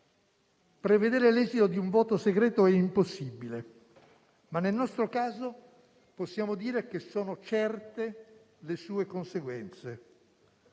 Prevedere l'esito di un voto segreto è impossibile, ma nel nostro caso possiamo dire che sono certe le sue conseguenze.